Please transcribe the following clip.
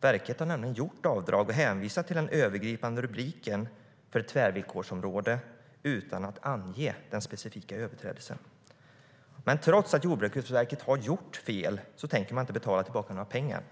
Verket har nämligen gjort avdrag och hänvisat till den övergripande rubriken för ett tvärvillkorsområde utan att ange den specifika överträdelsen. Men trots att Jordbruksverket har gjort fel tänker de inte betala tillbaka några pengar.